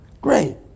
Great